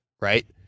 right